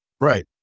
Right